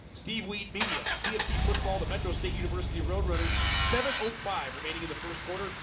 steve weed media cfc football the metro state university road runners seven five remaining in the first quarter.